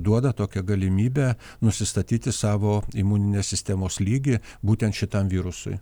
duoda tokią galimybę nusistatyti savo imuninės sistemos lygį būtent šitam virusui